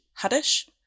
Haddish